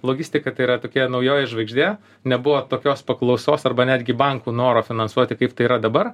logistika tai yra tokia naujoji žvaigždė nebuvo tokios paklausos arba netgi bankų noro finansuoti kaip tai yra dabar